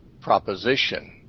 proposition